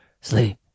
sleep